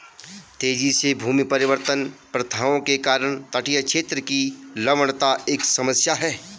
तेजी से भूमि परिवर्तन प्रथाओं के कारण तटीय क्षेत्र की लवणता एक समस्या है